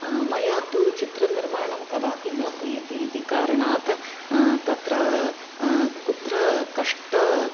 मया तु चित्रनिर्माणं कदापि न क्रियते इति कारणात् तत्र कुत्र कष्ट